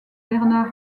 bernard